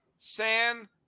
San